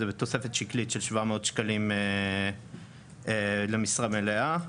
זה בתוספת שקלית של 700 שקלים למשרה מלאה.